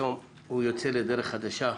היום הוא יוצא לדרך חדשה.